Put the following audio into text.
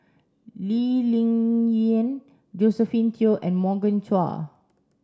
Lee Ling Yen Josephine Teo and Morgan Chua